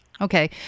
Okay